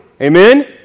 Amen